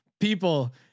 people